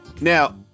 now